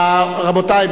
רבותי,